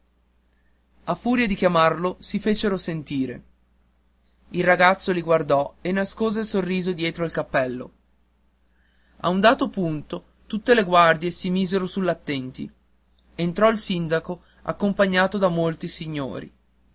a furia di chiamarlo si fecero sentire il ragazzo li guardò e nascose il sorriso dietro il cappello a un dato punto tutte le guardie si misero sull'attenti entrò il sindaco accompagnato da molti signori